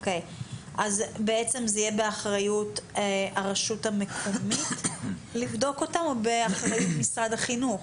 אז זה יהיה באחריות הרשות המקומית לבדוק אותם או באחריות משרד החינוך?